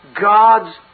God's